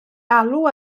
alw